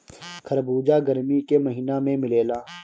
खरबूजा गरमी के महिना में मिलेला